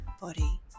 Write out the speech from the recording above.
body